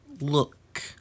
look